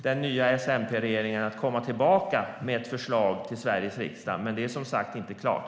Den nya S-MP-regeringen kommer tillbaka med ett förslag till Sveriges riksdag, men det är som sagt inte klart.